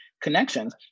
connections